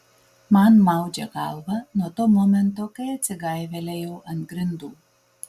man maudžia galvą nuo to momento kai atsigaivelėjau ant grindų